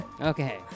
Okay